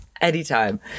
Anytime